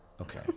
Okay